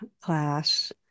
class